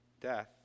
death